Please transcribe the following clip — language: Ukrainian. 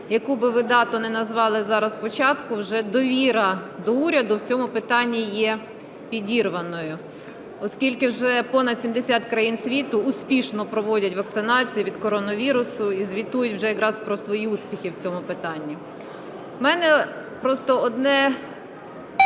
яку би ви дату не назвали зараз спочатку, вже довіра до уряду в цьому питанні є підірваною. Оскільки вже понад 70 країн світу успішно проводять вакцинацію від коронавірусу і звітують вже якраз про свої успіхи в цьому питанні. У мене просто одне